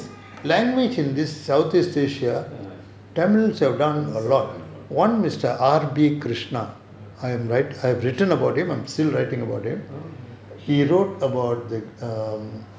oh